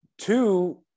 Two